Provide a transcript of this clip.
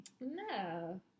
No